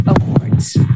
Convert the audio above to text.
awards